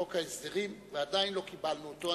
חוק ההסדרים, שעדיין לא קיבלנו אותו.